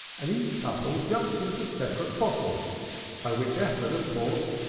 and each couple jumped into a separate bottle by which effort, of course,